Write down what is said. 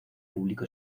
público